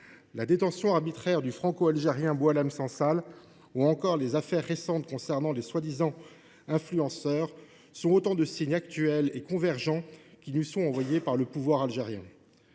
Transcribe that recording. La détention arbitraire du franco algérien Boualem Sansal ou encore les affaires récentes concernant les soi disant influenceurs sont autant de signes actuels et convergents qui nous sont envoyés par le pouvoir algérien.